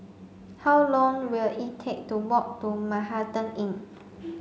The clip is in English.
how long will it take to walk to Manhattan Inn